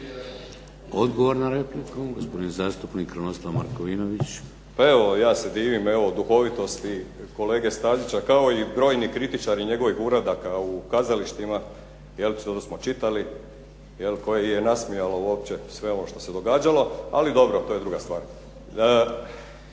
Odgovor na repliku gospodin zastupnik Krunoslav Markovinović. **Markovinović, Krunoslav (HDZ)** Pa evo, ja se divim duhovitosti kolege Stazića kao i brojni kritičari njegovih uradaka u kazalištima što smo čitali koje je nasmijalo uopće sve ovo što se događalo. Ali dobro, to je druga stvar.